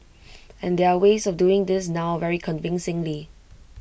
and there are ways of doing this now very convincingly